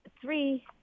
three